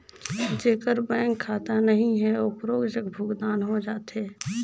जेकर बैंक खाता नहीं है ओकरो जग भुगतान हो जाथे?